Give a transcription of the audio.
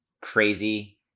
crazy